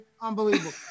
unbelievable